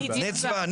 נצבא.